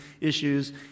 issues